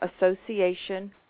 Association